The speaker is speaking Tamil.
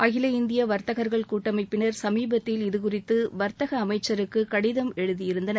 அகில இந்திய வர்த்தகர்கள் கூட்டமைப்பினர் சமீபத்தில் இதுகுறித்து வர்த்தக அமைச்சருக்கு கடிதம் எழுதியிருந்தனர்